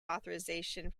authorization